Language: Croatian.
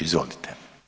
Izvolite.